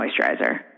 moisturizer